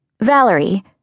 Valerie